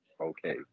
okay